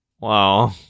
Wow